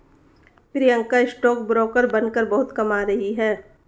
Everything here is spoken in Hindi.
प्रियंका स्टॉक ब्रोकर बनकर बहुत कमा रही है